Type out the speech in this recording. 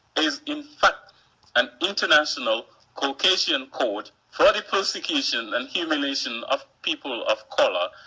is in fact an international caucasian court for the persecution and humiliation of people of colour,